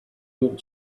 walked